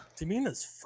Tamina's